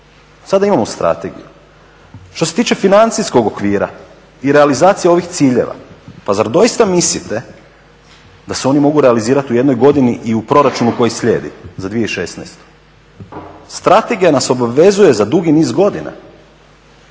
sada imamo strategiju. Što se tiče financijskog okvira i realizacije ovih ciljeva pa zar doista mislite da se oni mogu realizirati u jednoj godini i u proračunu koji slijedi za 2016.? Strategija nas obvezuje za dugi niz godina.